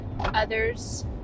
others